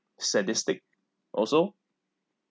sadistic also